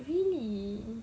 really